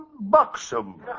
buxom